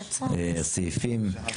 סעיפים.